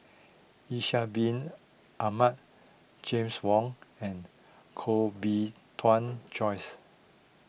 Ishak Bin Ahmad James Wong and Koh Bee Tuan Joyce